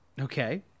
Okay